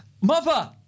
Mother